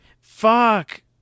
Fuck